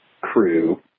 crew